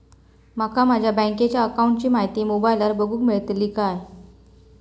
माका माझ्या बँकेच्या अकाऊंटची माहिती मोबाईलार बगुक मेळतली काय?